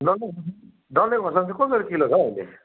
डल्ले खोर्सानी डल्ले खोर्सानी चाहिँ कसरी किलो छ हो अहिले